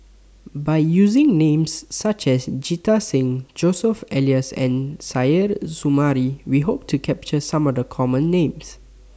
By using Names such as Jita Singh Joseph Elias and Suzairhe Sumari We Hope to capture Some of The Common Names